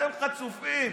אתם חצופים.